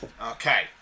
Okay